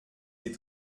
des